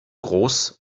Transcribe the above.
groß